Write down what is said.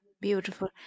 beautiful